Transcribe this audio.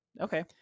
Okay